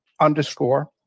Underscore